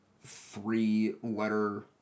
three-letter